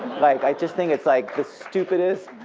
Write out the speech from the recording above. like i just think it's like the stupidest.